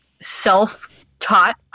self-taught